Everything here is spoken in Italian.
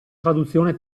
traduzione